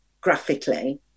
graphically